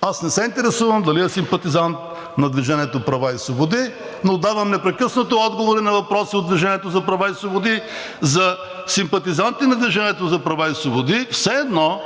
Аз не се интересувам дали е симпатизант на „Движение за права и свободи“, но давам непрекъснато отговори на въпроси от „Движение за права и свободи“ за симпатизанти на „Движение за права и свободи“, все едно